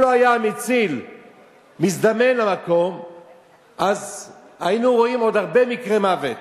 אם לא היה מציל מזדמן למקום היינו רואים עוד הרבה מקרי מוות.